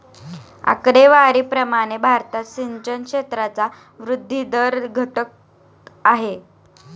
आकडेवारी प्रमाणे भारतात सिंचन क्षेत्राचा वृद्धी दर घटत आहे